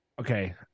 Okay